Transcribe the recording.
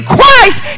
Christ